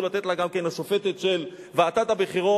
לתת לה גם כן להיות השופטת של ועדת הבחירות,